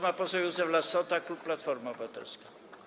Głos ma poseł Józef Lassota, klub Platforma Obywatelska.